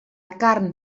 carn